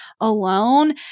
alone